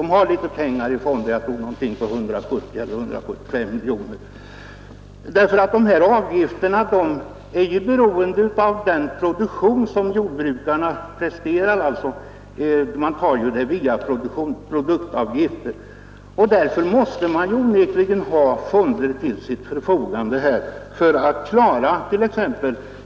Den har litet pengar i fonder, ca 175 miljoner kronor. Avgifterna är ju beroende på jordbrukets produktion. Det är fråga om produktavgifter. Därför måste man ha fonder till sitt förfogande för att klara t.ex.